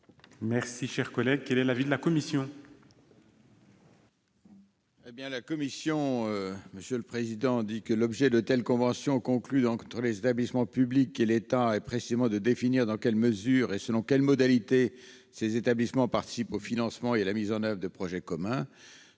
dans ces conventions. Quel est l'avis de la commission ? L'objet de telles conventions conclues entre des établissements publics et l'État est précisément de définir dans quelle mesure et selon quelles modalités ces établissements participent au financement et à la mise en oeuvre de projets communs.